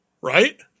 right